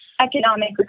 economic